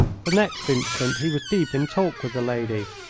the next instant he was deep in talk with the lady,